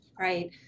Right